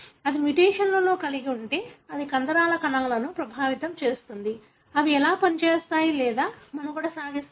అది మ్యుటేషన్ కలిగి ఉంటే అది కండరాల కణాలను ప్రభావితం చేస్తుంది అవి ఎలా పనిచేస్తాయి లేదా మనుగడ సాగిస్తాయి